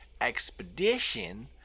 expedition